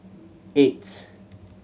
eight